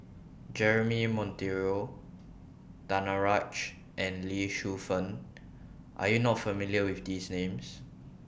Jeremy Monteiro Danaraj and Lee Shu Fen Are YOU not familiar with These Names